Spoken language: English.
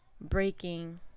breaking